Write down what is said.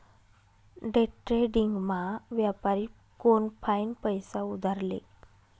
डेट्रेडिंगमा व्यापारी कोनफाईन पैसा उधार ले